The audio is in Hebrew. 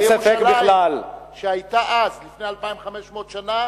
לירושלים שהיתה אז, לפני 2,500 שנה,